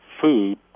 food